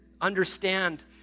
understand